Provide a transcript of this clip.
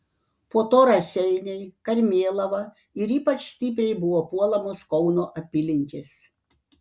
po to raseiniai karmėlava ir ypač stipriai buvo puolamos kauno apylinkės